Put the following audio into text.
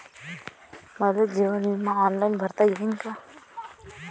मले जीवन बिमा ऑनलाईन भरता येईन का?